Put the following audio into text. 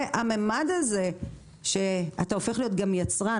והממד הזה שאתה הופך להיות גם יצרן,